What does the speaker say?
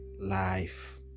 life